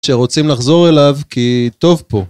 שרוצים לחזור אליו, כי טוב פה.